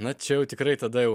na čia jau tikrai tada jau